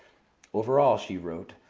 overall, she wrote,